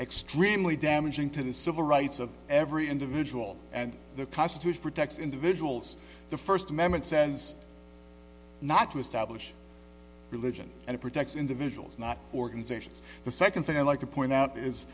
extremely damaging to the civil rights of every individual and the constitution protects individuals the first amendment says not to establish religion and it protects individuals not organizations the second thing i'd like to point out is